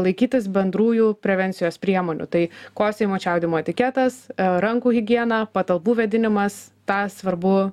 laikytis bendrųjų prevencijos priemonių tai kosėjimo čiaudėjimo etiketas rankų higiena patalpų vėdinimas tą svarbu